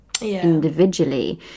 individually